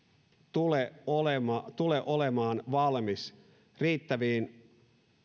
tule olemaan tule olemaan valmis riittäviin